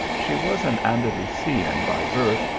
she was an anda lusian by birth,